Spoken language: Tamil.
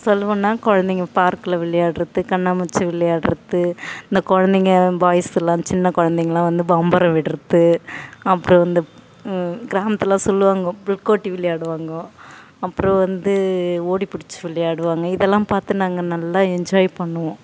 சொல்லுவேன்னால் குழந்தைங்க பார்க்கில் விளையாடுறது கண்ணாமூச்சி விளையாடுறது இந்த குழந்தைங்க பாய்ஸெலாம் சின்ன குழந்தைங்களா வந்து பம்பரம் விடுறது அப்புறம் இந்த கிராமத்தில் சொல்லுவாங்க புள் கோட்டி விளையாடுவாங்க அப்புறம் வந்து ஓடிப்புடிச்சு விளையாடுவாங்க இதெல்லாம் பார்த்து நாங்கள் நல்லா என்ஜாய் பண்ணுவோம்